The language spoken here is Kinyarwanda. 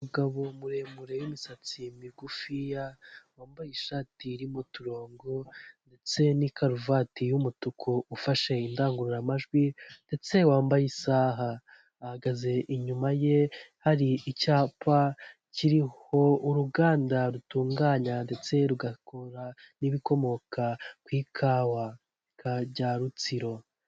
Umugabo muremure w'imisatsi migufiya wambaye ishati irimo uturongo ndetse n'ikaruvati y'umutuku ufashe indangururamajwi ndetse wambaye isaha, ahagaze inyuma ye hari icyapa kiriho uruganda rutunganya ndetse rugakora n'ibikomoka ku ikawa rya Rutsiro.